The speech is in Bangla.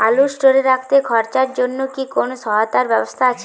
আলু স্টোরে রাখতে খরচার জন্যকি কোন সহায়তার ব্যবস্থা আছে?